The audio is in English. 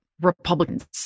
Republicans